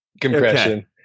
Compression